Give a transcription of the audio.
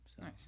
Nice